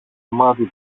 μάτι